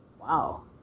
wow